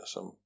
Som